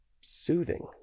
soothing